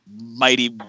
mighty